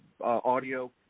audio